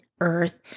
earth